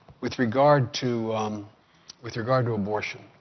with regard to with regard to abortion,